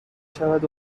شود